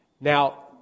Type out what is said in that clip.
Now